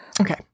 Okay